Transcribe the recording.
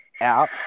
out